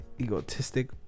egotistic